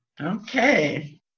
Okay